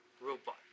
Robot